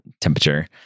temperature